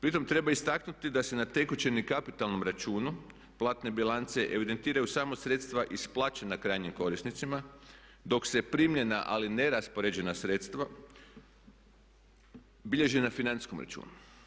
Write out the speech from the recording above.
Pritom treba istaknuti da se na tekućem i kapitalnom računu platne bilance evidentiraju samo sredstva isplaćena krajnjim korisnicima, dok se primljena ali neraspoređena sredstva bilježe na financijskom računu.